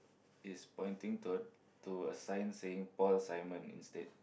is pointing to a to a sign saying Paul-Simon instead